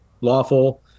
lawful